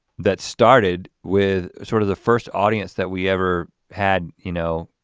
that started with sort of the first audience that we ever had, you know